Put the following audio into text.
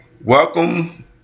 Welcome